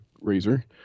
razor